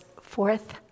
fourth